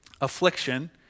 affliction